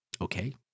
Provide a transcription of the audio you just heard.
Okay